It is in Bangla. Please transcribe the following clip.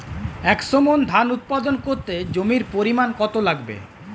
একশো মন ধান উৎপাদন করতে জমির পরিমাণ কত লাগবে?